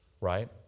right